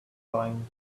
flying